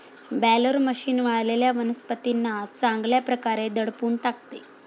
baler machine वाळलेल्या वनस्पतींना चांगल्या प्रकारे दडपून टाकते